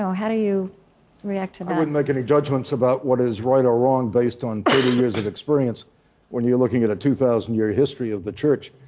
how do you react to that? i wouldn't make any judgments about what is right or wrong based on thirty years of experience when you're looking at a two thousand year history of the church,